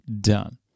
done